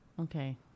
Okay